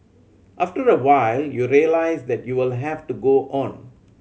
after a while you realise that you will have to go on